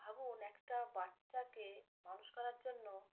ভাবুন একটা বাচ্চাকে মানুষ করার জন্য